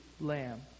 lamb